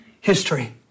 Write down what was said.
history